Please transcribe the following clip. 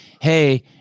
hey